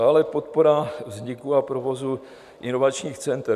Dále podpora vzniku a provozu inovačních center.